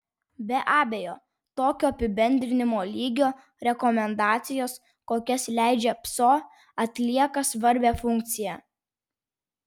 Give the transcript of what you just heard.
be abejo tokio apibendrinimo lygio rekomendacijos kokias leidžia pso atlieka svarbią funkciją